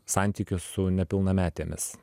santykius su nepilnametėmis